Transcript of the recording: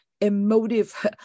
emotive